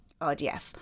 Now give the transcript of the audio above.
RDF